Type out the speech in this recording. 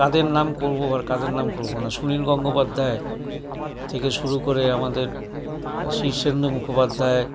কাদের নাম করবো কাদের নাম করবো না সুনীল গঙ্গোপাধ্যায় থেকে শুরু করে আমাদের শীর্ষেন্দু মুখোপাধ্যায়